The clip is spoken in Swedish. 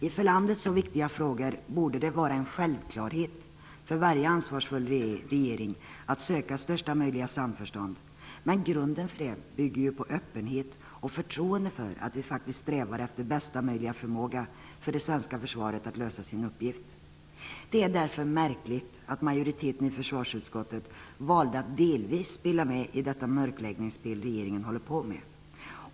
I för landet så viktiga frågor borde det vara en självklarhet för varje ansvarsfull regering att söka största möjliga samförstånd. I grunden bygger det på öppenhet och förtroende för att vi strävar efter bästa möjliga förmåga för det svenska försvaret att fylla sin uppgift. Det är därför märkligt att majoriteten i försvarsutskottet valde att delvis spela med i det mörkläggningsspel som regeringen håller på med.